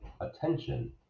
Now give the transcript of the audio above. Attention